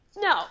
No